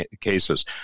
cases